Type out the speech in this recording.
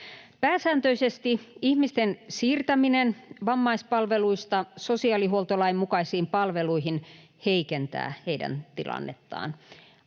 Pääsääntöisesti ihmisten siirtäminen vammaispalveluista sosiaalihuoltolain mukaisiin palveluihin heikentää heidän tilannettaan.